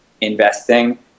investing